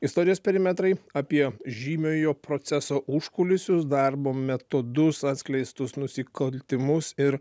istorijos perimetrai apie žymiojo proceso užkulisius darbo metodus atskleistus nusikaltimus ir